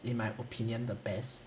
in my opinion the best